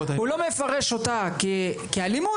הוא לא מפרש אותה כאלימות,